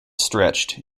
stretched